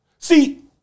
See